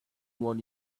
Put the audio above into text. one